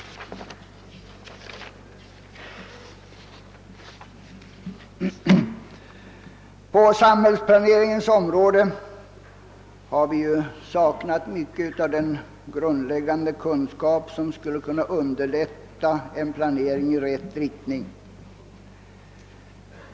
På samhällsplaneringens område har vi saknat mycket av de grundläggande kunskaper som skulle kunna underlätta en planering i rätt riktning.